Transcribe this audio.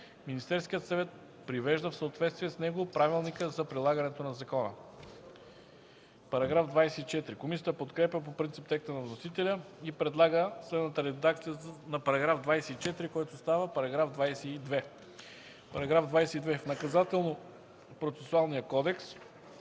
Министерският съвет привежда в съответствие с него правилника за прилагането на закона”. Комисията подкрепя по принцип текста на вносителя и предлага следната редакция на § 24, който става § 22: „§ 22. В Наказателно-процесуалния кодекс